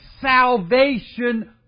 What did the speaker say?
salvation